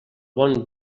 bon